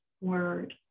word